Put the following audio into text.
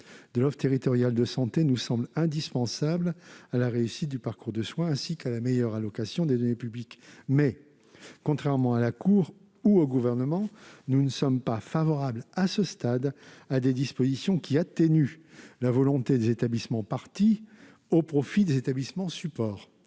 de l'offre territoriale de santé nous semble indispensable à la réussite du parcours de soins, ainsi qu'à la meilleure allocation des deniers publics. Mais, contrairement à la Cour ou au Gouvernement, nous ne sommes pas favorables, à ce stade, à des dispositions qui atténuent la volonté des établissements parties au profit des établissements supports.